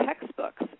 textbooks